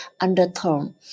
undertone